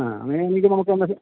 ആ അങ്ങനെ ആണെങ്കിൽ നമുക്കന്നൊരു